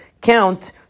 count